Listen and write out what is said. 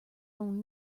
own